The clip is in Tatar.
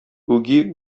үги